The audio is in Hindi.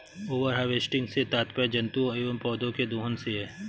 ओवर हार्वेस्टिंग से तात्पर्य जंतुओं एंव पौधौं के दोहन से है